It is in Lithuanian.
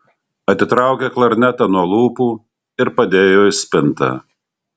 atitraukė klarnetą nuo lūpų ir padėjo į spintą